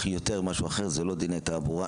יותר ממשהו אחר זה לא דיני תעבורה,